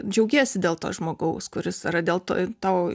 džiaugiesi dėl to žmogaus kuris yra dėl to tau